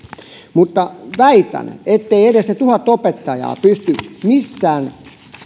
mutta väitän etteivät edes ne tuhat opettajaa pysty missään